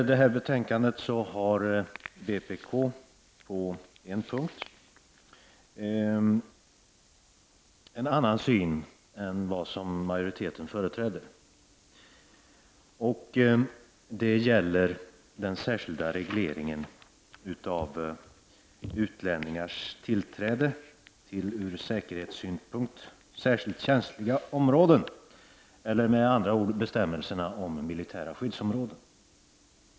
I detta betänkande har vpk på en punkt en annan syn än den som majoriteten företräder, och det gäller den särskilda regleringen av utlänningars tillträde till ur säkerhetssynpunkt särskilt känsliga områden eller, med andra ord, bestämmelserna om militära skyddsområden.